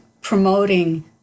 promoting